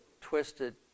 twisted